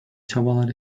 çabalar